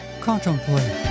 Contemplate